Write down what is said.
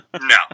No